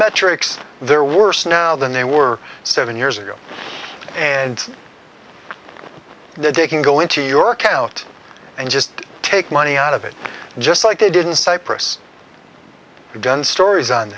metrics they're worse now than they were seven years ago and they can go into your account and just take money out of it just like they didn't cyprus we've done stories on